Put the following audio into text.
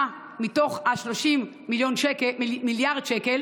לבריאות הנפש מתוך ה-30 מיליארד שקל.